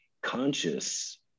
conscious